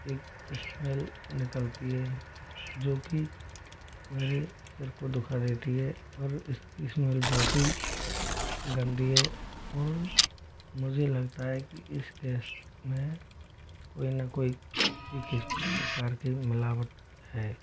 एक स्मेल निकलती है जो कि मेरे सिर को दुखा देती है और इसकी स्मेल बहुत ही गंदी है और मुझे लगता है कि इस गैस में कोई ना कोई किसी किस प्रकार के मिलावट है